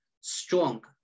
strong